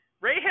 Ray